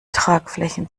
tragflächen